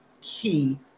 key